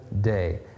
day